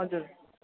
हजुर